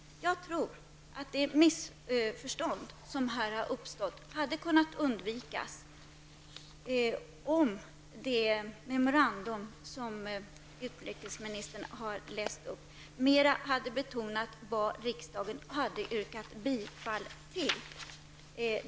Jag tror att det missförstånd som här har uppstått hade kunnat undvikas om det memorandum som utrikesministern har läst upp mera hade betonat vad riksdagen yrkade bifall till.